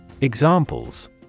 Examples